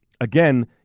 Again